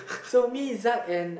so me Zak and